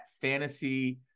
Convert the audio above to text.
fantasy